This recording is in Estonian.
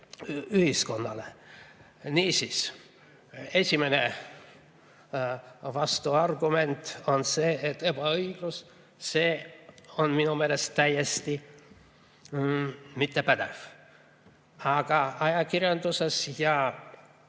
ühiskonnale. Niisiis, esimene vastuargument on see, et on ebaõiglus. See on minu meelest täiesti ebapädev. Aga ajakirjanduses ja